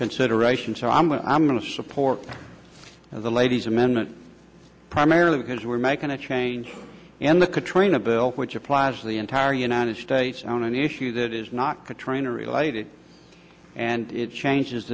consideration so i'm going i'm going to support the lady's amendment primarily because we're making a change in the katrina bill which applies to the entire united states on an issue that is not a trainer related and it changes